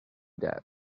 that